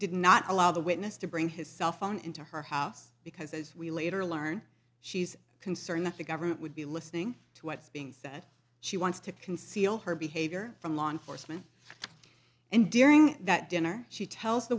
did not allow the witness to bring his cell phone into her house because as we later learned she's concerned that the government would be listening to what's being said she wants to conceal her behavior from law enforcement and during that dinner she tells the